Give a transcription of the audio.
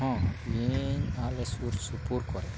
ᱦᱮᱸ ᱤᱧ ᱟᱞᱮ ᱥᱩᱨᱥᱩᱯᱩᱨ ᱠᱚᱨᱮ